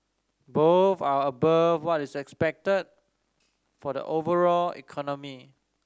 both are above what is expected for the overall economy